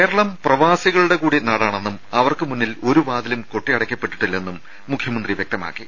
കേരളം പ്രവാസികളുടെ കൂടി നാടാണെന്നും അവർക്കു മുന്നിൽ ഒരു വാതിലും കൊട്ടിയടക്കപ്പെട്ടിട്ടില്ലെന്നും മുഖ്യമന്ത്രി വ്യക്തമാക്കി